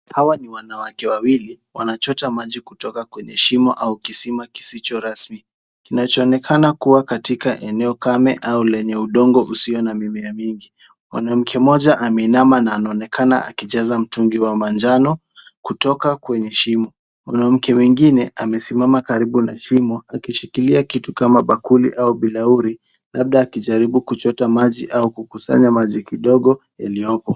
Hawa ni wanawake wawili wanachota maji kutoka kwenye shimo au kisima kisicho rasmi, kinachoonekana kuwa katika eneo kame au lenye udongo usio na mimea mingi. Mwanamke mmoja ameinama na anaonekana akijaza mtungi wa manjano kutoka kwenye shimo, mwanamke mwingine amesimama karibu na shimo akishikilia kitu kama bakuli au bilauri, labda akijaribu kuchota maji au kukusanya maji kidogo iliyooko.